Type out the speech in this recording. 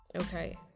Okay